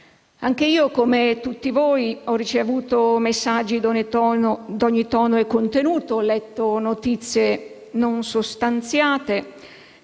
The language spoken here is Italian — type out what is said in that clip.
Anche io, come tutti voi, ho ricevuto messaggi di ogni tono e contenuto, ho letto notizie non sostanziate,